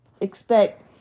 expect